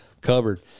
covered